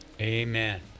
Amen